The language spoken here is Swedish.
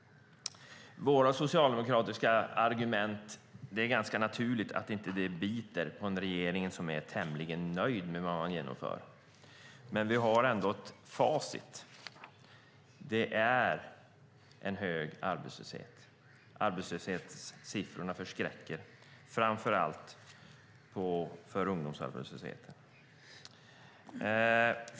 Det är ganska naturligt att våra socialdemokratiska argument inte biter på en regering som är tämligen nöjd med det man genomför. Men vi har ändå facit. Det är en hög arbetslöshet. Arbetslöshetssiffrorna förskräcker, framför allt när det gäller ungdomsarbetslösheten.